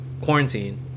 quarantine